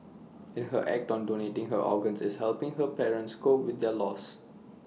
and her act on donating her organs is helping her parents cope with their loss